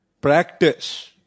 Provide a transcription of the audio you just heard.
Practice